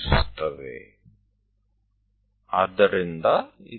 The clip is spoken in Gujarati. તો ચાલો આપણે આ તરફ જોઈએ